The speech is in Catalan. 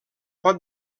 pot